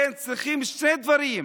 לכן צריכים שני דברים,